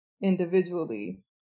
individually